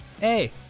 Hey